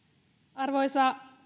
arvoisa